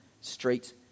street